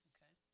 Okay